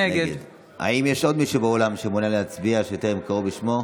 נגד האם יש עוד מישהו באולם שמעוניין להצביע וטרם קראו בשמו?